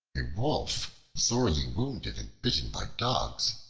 a wolf, sorely wounded and bitten by dogs,